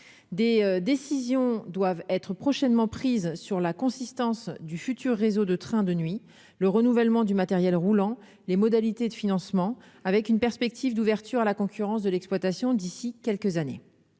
des décisions doivent être prochainement prises sur la consistance du futur réseau de trains de nuit, le renouvellement du matériel roulant, les modalités de financement avec une perspective d'ouverture à la concurrence de l'exploitation d'ici quelques années,